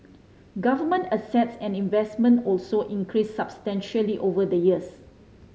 government assets and investment also increased substantially over the years